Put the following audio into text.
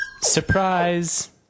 Surprise